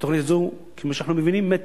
והתוכנית הזאת, כמו שאנחנו מבינים, מתה.